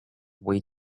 way